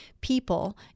people